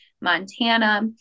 Montana